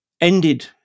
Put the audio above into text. ended